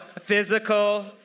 Physical